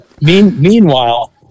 meanwhile